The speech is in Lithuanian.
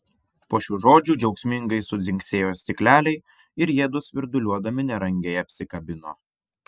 po šių žodžių džiaugsmingai sudzingsėjo stikleliai ir jiedu svirduliuodami nerangiai apsikabino